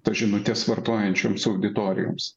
tos žinutės vartojančioms auditorijoms